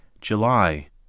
July